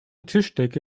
tischdecke